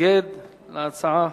המתנגד להצעה.